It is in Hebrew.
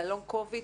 על ה-long covid,